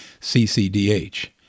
CCDH